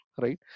right